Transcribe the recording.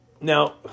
Now